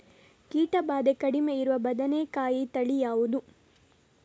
ಕೀಟ ಭಾದೆ ಕಡಿಮೆ ಇರುವ ಬದನೆಕಾಯಿ ತಳಿ ಯಾವುದು?